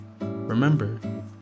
Remember